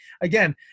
Again